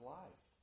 life